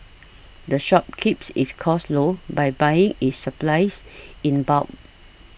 the shop keeps its costs low by buying its supplies in bulk